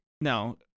No